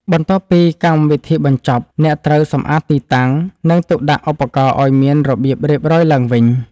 បន្ទាប់ពីកម្មវិធីបញ្ចប់ អ្នកត្រូវសម្អាតទីតាំង និងទុកដាក់ឧបករណ៍ឱ្យមានរបៀបរៀបរយឡើងវិញ។